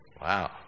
Wow